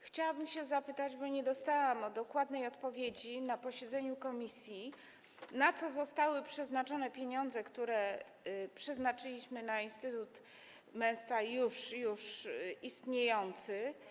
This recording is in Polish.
Chciałabym zapytać, bo nie dostałam dokładnej odpowiedzi na posiedzeniu komisji, na co zostały przeznaczone pieniądze, które przeznaczyliśmy na instytut męstwa już istniejący.